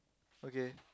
okay